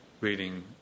reading